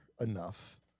enough